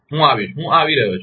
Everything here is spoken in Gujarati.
હું આવીશ હવે હું આવી રહ્યો છું